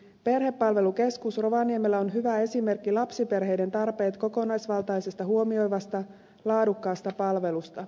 perhepalvelukeskus rovaniemellä on hyvä esimerkki lapsiperheiden tarpeet kokonaisvaltaisesti huomioivasta laadukkaasta palvelusta